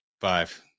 five